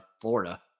Florida